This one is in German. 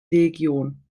legion